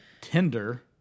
Tinder